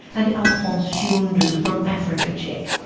and alphonce shiundu from africa check.